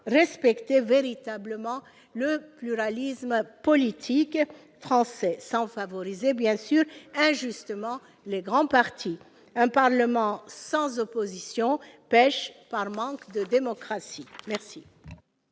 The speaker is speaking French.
respecter véritablement le pluralisme politique français, sans favoriser injustement les grands partis. Un Parlement sans opposition pèche par manque de démocratie.